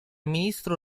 ministro